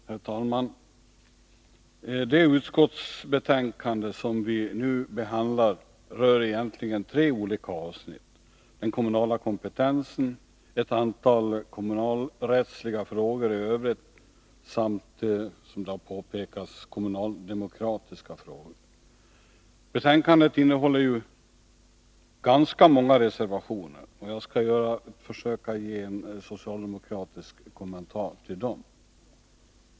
Herr talman! Det utskottsbetänkande som vi nu behandlar rör egentligen tre olika avsnitt: den kommunala kompetensen, ett antal kommunalrättsliga frågor i övrigt samt, som det har påpekats, kommunaldemokratiska frågor. Betänkandet innehåller ju ganska många reservationer, och jag skall göra ett försök att ge en socialdemokratisk kommentar till dessa.